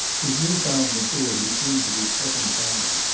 his new-found maturity seemed to be slipping from him.